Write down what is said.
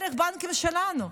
דרך הבנקים שלנו.